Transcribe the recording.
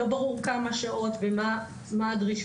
לא ברור כמה שעות ומה הדרישות.